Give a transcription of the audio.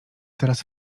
teraz